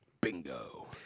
Bingo